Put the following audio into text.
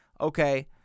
okay